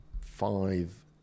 five